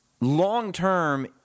long-term